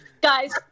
Guys